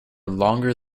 longer